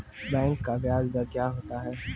Bank का ब्याज दर क्या होता हैं?